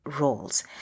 roles